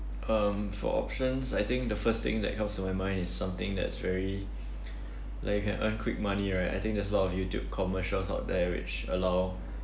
um for options I think the first thing that comes to my mind is something that's very like you can earn quick money right I think there's a lot of youtube commercials out there which allow